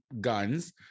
guns